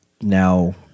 now